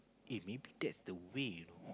eh maybe that's the way you know